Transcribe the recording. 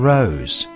Rose